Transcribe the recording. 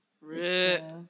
RIP